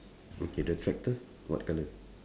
okay the tractor what colour